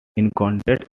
encountered